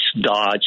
Dodge